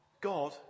God